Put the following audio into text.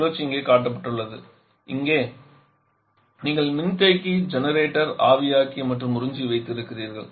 சுழற்சி இங்கே காட்டப்பட்டுள்ளது இங்கே நீங்கள் மின்தேக்கி ஜெனரேட்டர் ஆவியாக்கி மற்றும் உறிஞ்சி வைத்திருக்கிறீர்கள்